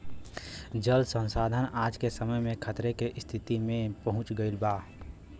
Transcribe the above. जल संसाधन आज के समय में खतरे के स्तिति में पहुँच गइल बा